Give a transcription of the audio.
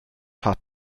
hot